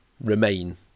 remain